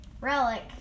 relic